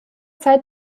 zeit